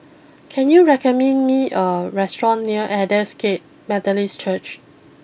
can you recommend me a restaurant near Aldersgate Methodist Church